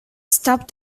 stopped